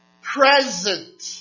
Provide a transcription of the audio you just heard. present